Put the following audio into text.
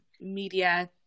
media